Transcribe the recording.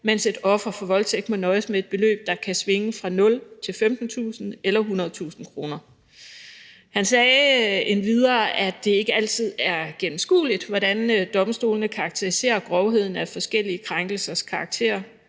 mens et offer for voldtægt må nøjes med et beløb, der kan svinge fra 0 til 15.000 eller 100.000 kr. Han sagde endvidere, at det ikke altid er gennemskueligt, hvordan domstolene karakteriserer grovheden af forskellige krænkelsers karakter